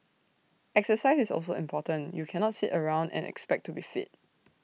exercise is also important you cannot sit around and expect to be fit